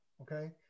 okay